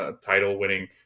title-winning